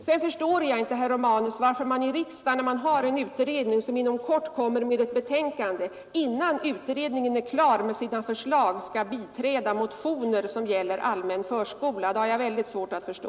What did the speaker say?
Sedan förstår jag inte, herr Romanus, varför man i riksdagen, när vi nu har en utredning som inom kort lägger fram sitt betänkande, innan utredningen är klar med sina förslag skall biträda motioner som gäller allmän förskola. Det har jag mycket svårt att förstå.